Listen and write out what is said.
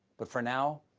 but for now,